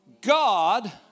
God